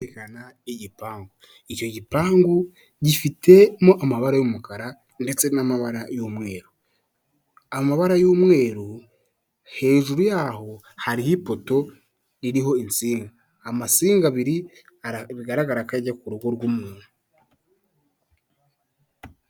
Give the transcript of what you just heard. Kerekana igipangu icyo gipangu, gifitemo amabara y'umukara ndetse n'amabara y'umweru. Amabara y'umweru hejuru yaho hariho ipoto iriho insinga, amasinga abiri bigaragara ko ajya ku rugo rw'umuntu.